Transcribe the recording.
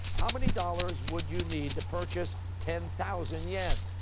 how many dollars would you need to purchase ten thousand yen?